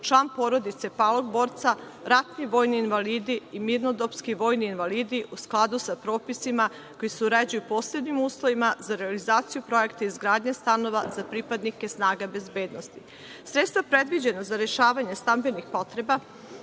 član porodice palog borca, ratni vojni invalidi i mirnodopski vojni invalidi, u skladu sa propisima koji se uređuju posebnim uslovima za realizaciju Projekta izgradnje stanova za pripadnike snaga bezbednosti. Sredstva predviđena za rešavanje stambenih potreba